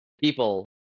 people